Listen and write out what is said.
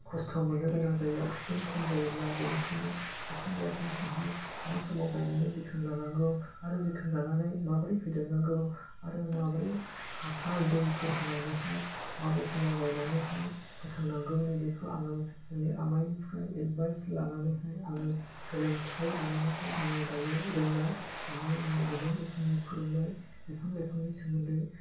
खस्थ' मोननो गोनां जायो अक्सिजेन खम जायोब्ला बिनिखायनो बिफां लाइफांखौहाय मा समाव गायनानै जोथोन लानांगौ आरो जोथोन लानानै माब्रै फेदेरनांगौ आरो माब्रै हासार दैफोर होनानैहाय माबे समाव गायनानैहाय फोथांनांगौ नैबेखौ आङो जोंनि आमाइनिफ्राइ एडभाइस लानानैहाय आङो सोलोंथाइ लानानैहाय आङो दायो रोंबाय आमाइआ आंनो गोबां रोखोमनि फोरोंबाय बिफां लाइफांनि सोमोन्दै